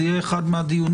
זה יהיה אחד מהדיונים.